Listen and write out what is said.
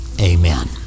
Amen